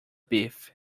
beef